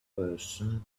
person